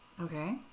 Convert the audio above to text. okay